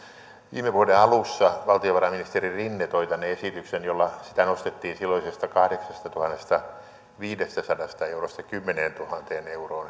viime vuoden alussa valtiovarainministeri rinne toi tänne esityksen jolla sitä nostettiin silloisesta kahdeksastatuhannestaviidestäsadasta eurosta kymmeneentuhanteen euroon